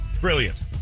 Brilliant